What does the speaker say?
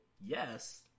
yes